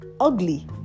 ugly